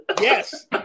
Yes